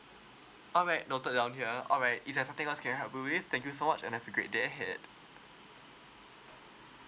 alright noted down here alright if there's nothing else I can help you with thank you so much and have a great day ahead